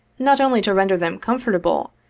not only to render them comfortable,